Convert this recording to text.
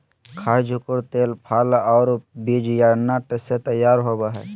खाय जुकुर तेल फल पौधा और बीज या नट से तैयार होबय हइ